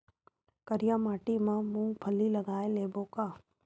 करिया माटी मा मूंग फल्ली लगय लेबों का?